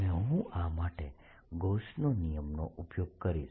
અને હું આ માટે ગૌસનો નિયમ Gauss's law નો ઉપયોગ કરીશ